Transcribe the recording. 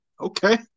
Okay